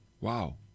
Wow